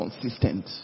consistent